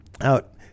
out